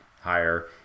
higher